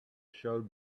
showed